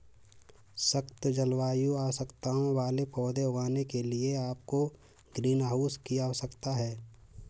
सख्त जलवायु आवश्यकताओं वाले पौधे उगाने के लिए आपको ग्रीनहाउस की आवश्यकता है